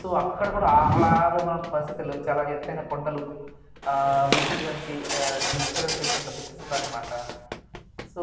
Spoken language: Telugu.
సో అక్కడ కూడ ఆహ్లాదమైన పరిస్థుతులు చాలా ఎతైనా కొండలు వీక్షించడానికి డిఫరెంట్ డిఫరెంట్ లొకేషన్స్ ఉన్నాయి అనమాట సో